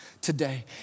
today